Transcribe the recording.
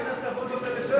אבל אין הטבות לפריפריה,